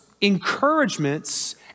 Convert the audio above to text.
encouragements